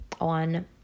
on